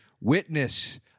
Witness